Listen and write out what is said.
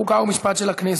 חוק ומשפט נתקבלה.